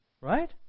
right